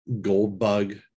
Goldbug